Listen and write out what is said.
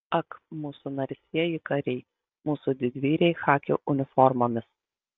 ak mūsų narsieji kariai mūsų didvyriai chaki uniformomis